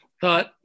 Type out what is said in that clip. thought